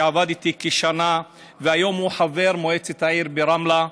שעבד איתי כשנה והיום הוא חבר מועצת העיר ברמלה,